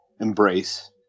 embrace